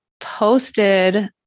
posted